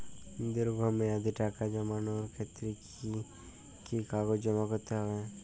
দীর্ঘ মেয়াদি টাকা জমানোর ক্ষেত্রে কি কি কাগজ জমা করতে হবে?